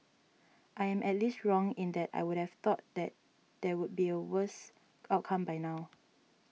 I am at least wrong in that I would have thought that there would be a worse outcome by now